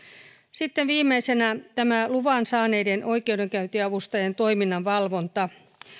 sitten viimeisenä tämä luvan saaneiden oikeudenkäyntiavustajien toiminnan valvonta